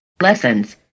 Lessons